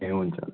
ए हुन्छ हुन्छ